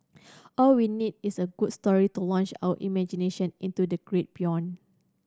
all we need is a good story to launch our imagination into the great beyond